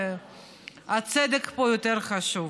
והצדק פה יותר חשוב.